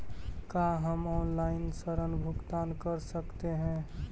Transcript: का हम आनलाइन ऋण भुगतान कर सकते हैं?